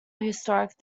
historic